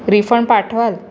refund पाठवाल